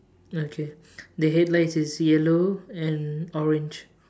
okay the headlights is yellow and orange